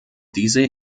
diese